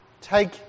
Take